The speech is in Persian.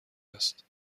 است